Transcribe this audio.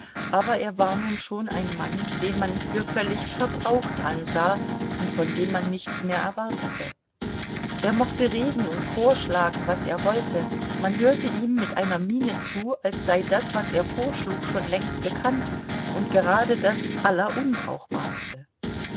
aber er war nun schon ein mann den man für völlig verbraucht ansah und von dem man nichts mehr erwartete er mochte reden und vorschlagen was er wollte man hörte ihm mit einer miene zu als sei das was er vorschlug schon längst bekannt und gerade das